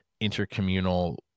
intercommunal